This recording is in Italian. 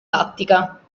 tattica